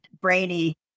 brainy